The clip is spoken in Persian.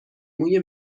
موی